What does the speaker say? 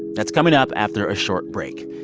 that's coming up after a short break.